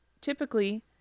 typically